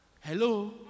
Hello